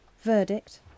Verdict